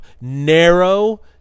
narrow